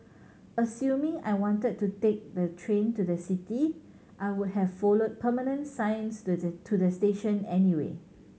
assuming I wanted to take the train to the city I would have followed permanent signs to the to the station anyway